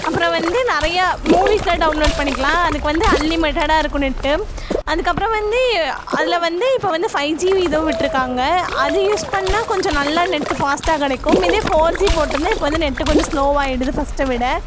அப்புறம் வந்து நிறையா மூவீஸ்லாம் டவுன்லோட் பண்ணிக்கலாம் அதுக்கு வந்து அன்லிமிட்டெடா இருக்கும் நெட்டு அதுக்கப்புறம் வந்து அதில் வந்து இப்போ வந்து ஃபை ஜி இதுவும் விட்டுருக்காங்க அது யூஸ் பண்ணால் கொஞ்சம் நல்லா நெட்டு ஃபாஸ்ட்டா கிடைக்கும் இதே ஃபோர் ஜி போட்டுருந்தா இப்போ வந்து நெட்டுக்கு கொஞ்சம் ஸ்லோவா ஆகிடுது ஃபர்ஸ்ட்ட விட